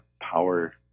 power